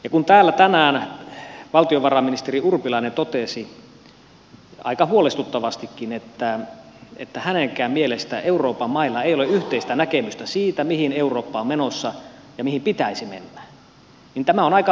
ja kun täällä tänään valtiovarainministeri urpilainen totesi aika huolestuttavastikin että hänenkään mielestä euroopan mailla ei ole yhteistä näkemystä siitä mihin eurooppa on menossa ja mihin pitäisi mennä niin tämä on aika huolestuttavaa